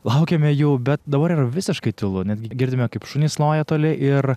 laukiame jų bet dabar yra visiškai tylu netgi girdime kaip šunys loja toli ir